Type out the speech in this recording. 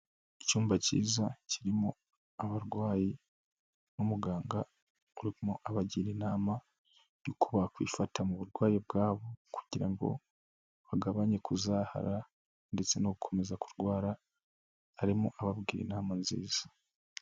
Icyumba cyiza kirimo abarwayi n'umuganga urimo abagira inama yuko bakwifata mu burwayi bwabo kugira ngo bagabanye kuzahara ndetse no gukomeza kurwara, arimo ababwira inama nziza.